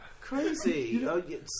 crazy